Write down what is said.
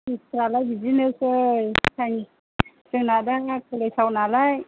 फिद्जफ्रालाय बिदिनोसै साइन्स जोंना दा साइन्स कलेजाव नालाय